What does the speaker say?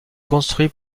construit